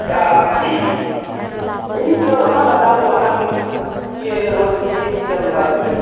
एहि सब अहाँ बताबु अहाँके केहन रोड की चलि रहल छै